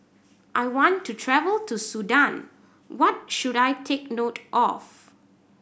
I want to travel to Sudan what should I take note of